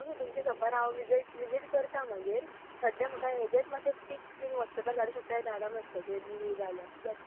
okay तुमच्या शोपार हांव विजट विजीट करता मागीर सध्याक म्हाका हेजेच मात्शे पिक्स बी व्हॉट्सएपार धाडू शकता जाल्यार धाडा मात्शे कितेंय नीव येयला जाल्यार कित्याक